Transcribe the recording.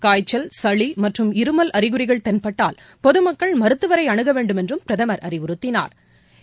காய்ச்சல் சளிமற்றும் இருமல் அறிகுறிகள் தென்பட்டால் பொதுமக்கள் மருத்துவரைஅணுகவேண்டுமென்றும் பிரதமா் அறிவுறுத்தினாா்